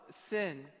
sin